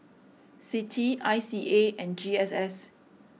Citi I C A and G S S